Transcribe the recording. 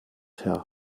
herr